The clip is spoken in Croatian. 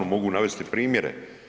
Mogu navesti primjere.